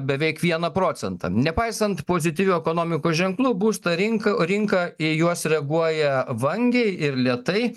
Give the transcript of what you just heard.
beveik vieną procentą nepaisant pozityvių ekonomikos ženklų būsto rink rinka į juos reaguoja vangiai ir lėtai